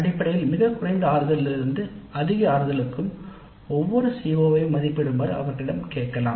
அடிப்படையில் மிகக் குறைந்த ஆறுதலிலிருந்து அதிக ஆறுதலுக்கும் ஒவ்வொரு CO யையும் மதிப்பிடுமாறு அவர்களிடம் கேட்கலாம்